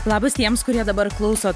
labas tiems kurie dabar klauso